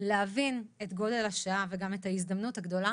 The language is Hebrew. להבין את גודל השעה וגם את ההזדמנות הגדולה